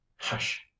Hush